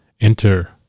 Enter